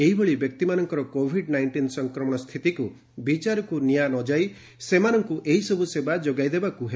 ଏହିଭଳି ବ୍ୟକ୍ତିମାନଙ୍କର Covid nineteen ସଂକ୍ରମଣ ସ୍ଥିତିକୁ ବିଚାରକୁ ନିଆନଯାଇ ସେମାନଙ୍କୁ ଏହିସବୁ ସେବା ଯୋଗାଇ ଦେବାକୁ ହେବ